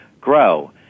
grow